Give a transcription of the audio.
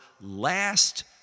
last